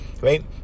right